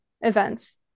events